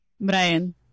Brian